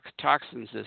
toxins